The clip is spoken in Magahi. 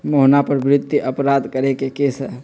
मोहना पर वित्तीय अपराध करे के केस हई